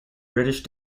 british